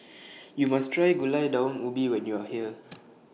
YOU must Try Gulai Daun Ubi when YOU Are here